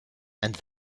and